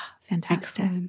Fantastic